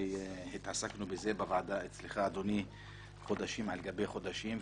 והתעסקנו בזה בוועדה אצלך אדוני חודשים על גבי חודשים,